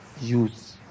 use